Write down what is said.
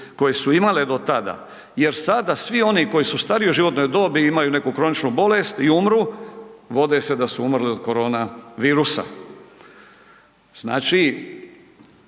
koje su imale do tada. Jer sada svi oni koji su u starijoj životnoj dobi imaju neku kroničnu bolest i umru, vode se da su umrli od koronavirusa. Znači,